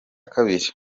kabiri